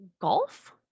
golf